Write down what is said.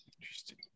interesting